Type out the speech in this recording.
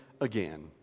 again